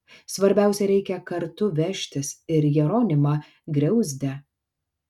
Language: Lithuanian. svarbiausia reikia kartu vežtis ir jeronimą griauzdę